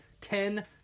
ten